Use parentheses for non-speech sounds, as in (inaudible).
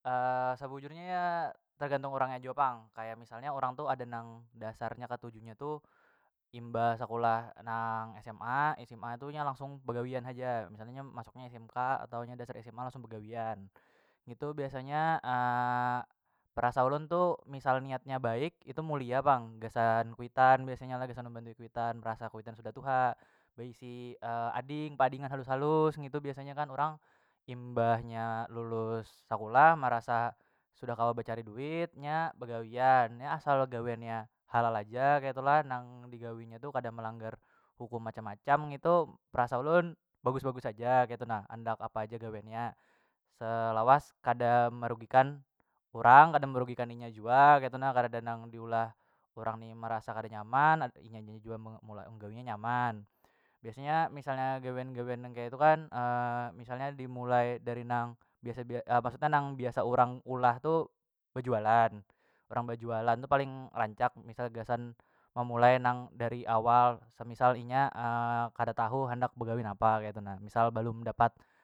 (hesitation) sebujurnya tergantung orangnya jua pang kaya misalnya urang tu ada nang dasarnya ketuju nya tu imbah sekulah nang sma- sma tu inya langsung begawian haja misalnya nya masuk nya smk atau nya dasar sma langsung begawian ngitu biasanya (hesitation) perasa ulun tu misal niatnya baik itu mulia pang gasan kuitan biasanya gasan membantu kuitan merasa kuitan sudah tuha beisi (hesitation) ading pa adingnya halus- halus ngitu biasanya kan urang imbahnya lulus sekulah merasa sudah kawa becari duit nya begawian asal gawiannya halal haja ketu lah nang digawinya tu kada melanggar hukum macam- macam ngitu perasa ulun bagus- bagus haja ketu nah andak apa haja gawian nya selawas kada merugikan urang kada merugikan inya jua ketu na kadada nang diulah urang ni merasa kada nyaman (hesitation) inya nya jua (unintelligible) menggawinya nyaman biasanya misal nya gawian- gawian nang kaitu kan (hesitation) misalnya dimulai dari nang biasa nang maksudnya nang biasa urang ulah tu bejualan urang bejualan tu paling rancak misal gasan memulai nang dari awal semisal inya (hesitation) kada tahu handak begawian apa ketu nah misal balum dapat.